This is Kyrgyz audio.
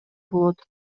болот